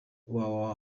wawa